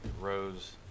rose